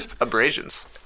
abrasions